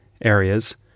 areas